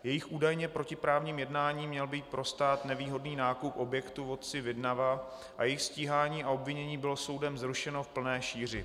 Jejich údajně protiprávním jednáním měl být pro stát nevýhodný nákup objektu v obci Vidnava a jejich stíhání a obvinění bylo soudem zrušeno v plné šíři.